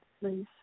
please